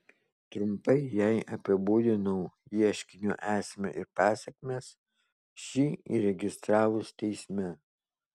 trumpai jai apibūdinau ieškinio esmę ir pasekmes šį įregistravus teisme